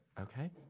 Okay